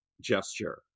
gesture